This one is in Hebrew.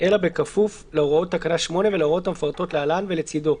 אלא בכפוף להוראות תקנה 8 ולהוראות המפורטות להלן לצדו.